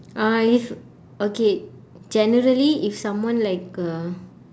uh if okay generally if someone like uh